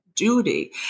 Duty